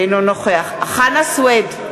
אינו נוכח חנא סוייד,